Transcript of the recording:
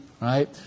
right